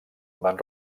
van